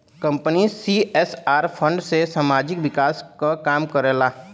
company CSR fund से सामाजिक विकास क काम करला